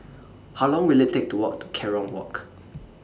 How Long Will IT Take to Walk to Kerong Walk